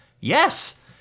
Yes